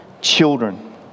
children